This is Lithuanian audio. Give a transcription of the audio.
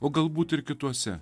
o galbūt ir kituose